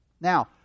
now